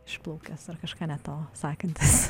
išplaukęs ar kažką ne to sakantis